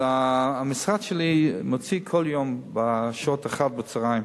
שהמשרד שלי מוציא כל יום בשעה 13:00,